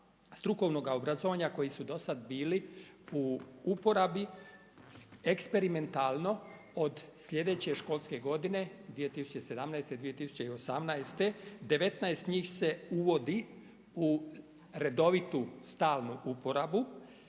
strukovnog obrazovanja koji su do sad bili u uporabi, eksperimentalno od sljedeće školske godine 2017. – 2018., 19 njih se uvodi u redovito stalnu uporabu.